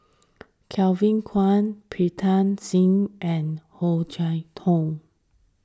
Kevin Kwan Pritam Singh and Oh Chai Hoo